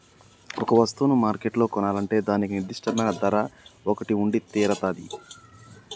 ఒక వస్తువును మార్కెట్లో కొనాలంటే దానికి నిర్దిష్టమైన ధర ఒకటి ఉండితీరతాది